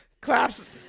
Class